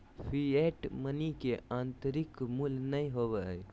fiat money के आंतरिक मूल्य नय होबो हइ